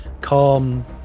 calm